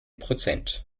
prozent